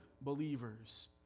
believers